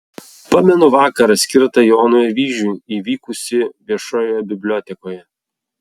pamenu vakarą skirtą jonui avyžiui įvykusį viešojoje bibliotekoje